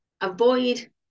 avoid